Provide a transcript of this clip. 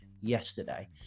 yesterday